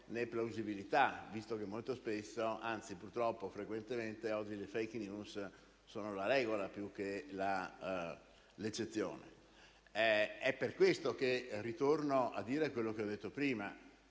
né plausibilità, visto che molto spesso, anzi frequentemente, purtroppo oggi le *fake news* sono la regola più che l'eccezione. È per questo che ritorno a dire quello che ho detto prima.